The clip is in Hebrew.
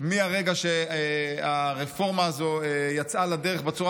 מהרגע שהרפורמה הזאת יצאה לדרך בצורה